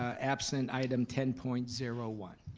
absent item ten point zero one?